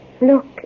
Look